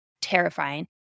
terrifying